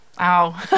Ow